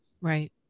Right